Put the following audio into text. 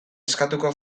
eskatuko